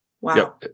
wow